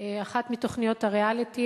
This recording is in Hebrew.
באחת מתוכניות הריאליטי.